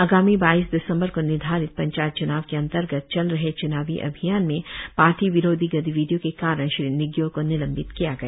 आगामी बाइस दिसंबर को निर्धारित पंचायत चूनाव के अंतर्गत चल रहे च्नावी अभियान में पार्टि विरोधी गतिविधियों के कारण श्री न्यिगयोर को निलंबित किया गया